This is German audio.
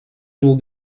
nur